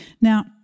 Now